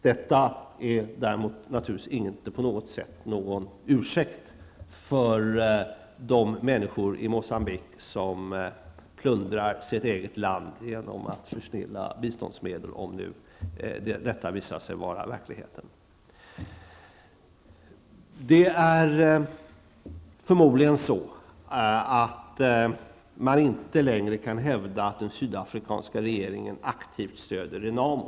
Detta är däremot naturligtvis inte på något sätt någon ursäkt för de människor i Moçambique som plundrar sitt eget land genom att försnilla biståndsmedel, om nu detta visar sig vara verklighet. Man kan förmodligen inte längre hävda att den sydafrikanska regeringen aktivt stöder Renamo.